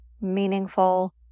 meaningful